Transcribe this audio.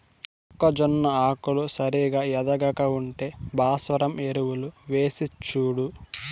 మొక్కజొన్న ఆకులు సరిగా ఎదగక ఉంటే భాస్వరం ఎరువులు వేసిచూడు